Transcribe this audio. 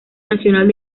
nacional